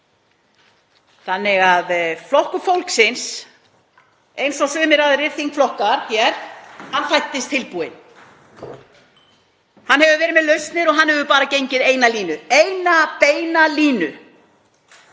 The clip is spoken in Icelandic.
fyrir. Flokkur fólksins, eins og sumir aðrir þingflokkar hér, hann fæddist tilbúinn. Hann hefur verið með lausnir og hann hefur bara gengið eina línu, eina beina línu: